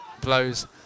blows